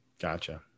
Gotcha